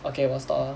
okay 我 stop ah